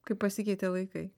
kaip pasikeitė laikai